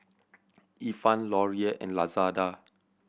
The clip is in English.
Ifan Laurier and Lazada